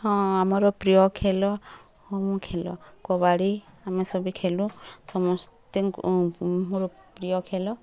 ହଁ ଆମର ପ୍ରିୟ ଖେଲ ହୁଁ ଖେଲ କବାଡ଼ି ଆମେ ସବେ ଖେଁଲୁ ସମସ୍ତଙ୍କୁ ମୋ ପ୍ରିୟ ଖେଲ